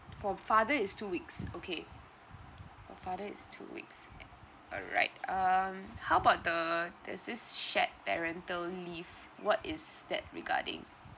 for father is two weeks okay oh father is two weeks alright um how about the there's this shared parental leave what is that regarding